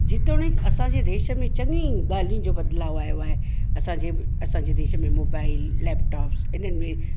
जेतोणीकि असांजे देश में चङियूं ई ॻाल्हियुनि जो बदलाव आयो आहे असांजे असांजे देश में मोबाइल लैपटॉप्स इन्हनि में